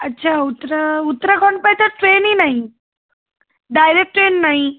ଆଚ୍ଛା ଉତ୍ତରା ଉତ୍ତରାଖଣ୍ଡ ପାଇଁ ତ ଟ୍ରେନ୍ ହିଁ ନାହିଁ ଡାଇରେକ୍ଟ ଟ୍ରେନ୍ ନାହିଁ